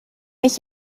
mich